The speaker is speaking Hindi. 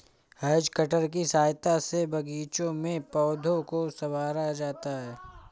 हैज कटर की सहायता से बागीचों में पौधों को सँवारा जाता है